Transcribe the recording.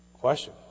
Question